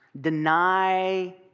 deny